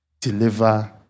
deliver